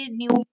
new